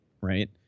right